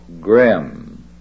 grim